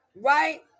Right